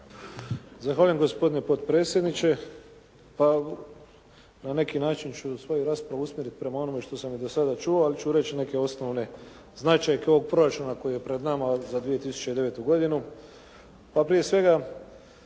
Zahvaljujem gospodine potpredsjedniče, pa na neki način ću svoju raspravu usmjeriti prema onome što sam i do sada čuo, ali ću reći neke osnovne značajke ovog proračuna koji je pred nama za 2009. godinu.